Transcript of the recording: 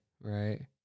Right